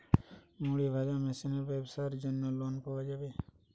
মুড়ি ভাজা মেশিনের ব্যাবসার জন্য লোন পাওয়া যাবে?